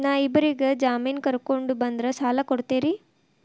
ನಾ ಇಬ್ಬರಿಗೆ ಜಾಮಿನ್ ಕರ್ಕೊಂಡ್ ಬಂದ್ರ ಸಾಲ ಕೊಡ್ತೇರಿ?